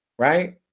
right